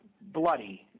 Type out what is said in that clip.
bloody